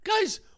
Guys